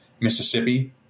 Mississippi